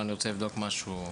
אני רוצה לבדוק משהו.